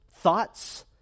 thoughts